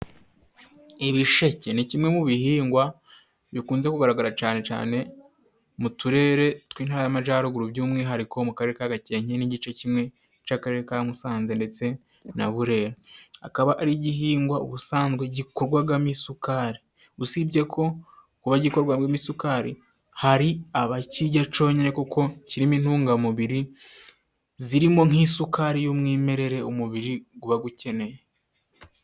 Ibisheke ni kimwe mu bihingwa bikunze kugaragara cane cane mu turere tw'intara y'amajyaruguru by'umwihariko mu karere ka gakenke n'igice kimwe cy'akarere ka musanze ndetse na burera. Akaba ari igihingwa ubusanzwe gikorwagamo isukari usibye ko kuba gikorwamo isukari hari abakirya conyine kuko kirimo intungamubiri zirimo nk'isukari y'umwimerere umubiri guba gukeneye.